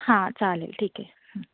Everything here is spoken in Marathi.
हां चालेल ठीक आहे